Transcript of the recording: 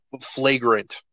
flagrant